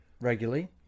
regularly